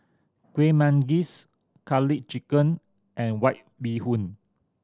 Kueh Manggis Garlic Chicken and White Bee Hoon